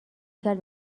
کرد